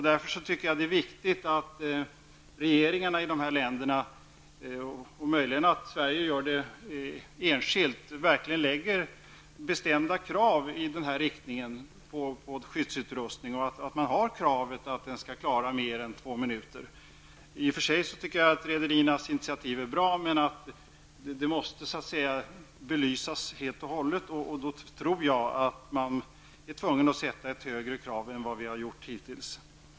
Därför tycker jag att det är viktigt att regeringarna i de här länderna verkligen ställer bestämda krav -- möjligen kan Sverige göra det ensamt -- på skyddsutrustning och på att den skall klara mer än två minuter. I och för sig tycker jag att rederiernas initiativ är bra, men saken måste så att säga belysas helt och hållet. Då tror jag att man är tvungen att ställa högre krav än vi har gjort hittills.